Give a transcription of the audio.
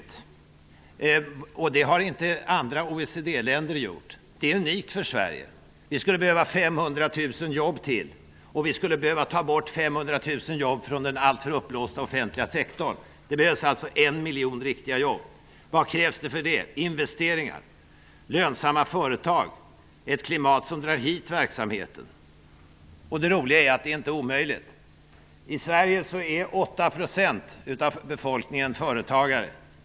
Det har inte industrin i andra OECD länder gjort, utan det är unikt för Sverige. Vi skulle behöva 500 000 jobb till, och vi skulle behöva ta bort 500 000 jobb från den alltför uppblåsta offentliga sektorn. Det behövs alltså en miljon riktiga jobb. Vad krävs för det? Jo, investeringar, lönsamma företag och ett klimat som drar hit verksamheter. Det roliga är att detta inte är omöjligt. I Sverige är 8 % av befolkningen företagare.